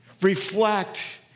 reflect